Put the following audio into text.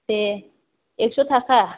दे एकस' थाखा